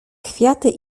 kwiaty